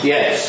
Yes